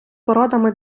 породами